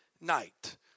night